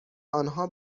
آنها